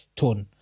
tone